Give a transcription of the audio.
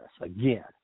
again